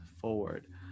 forward